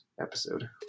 episode